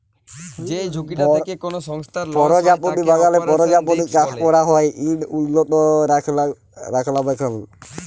পরজাপতি বাগালে পরজাপতি চাষ ক্যরা হ্যয় ইট উল্লত রখলাবেখল